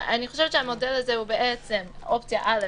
אני חושבת שהמודל הזה הוא אופציה א',